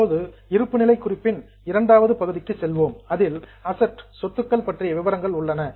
இப்போது இருப்பு நிலை குறிப்பின் II வது பகுதிக்கு செல்வோம் அதில் அசட்ஸ் சொத்துகள் பற்றிய விபரங்கள் உள்ளன